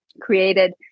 created